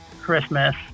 Christmas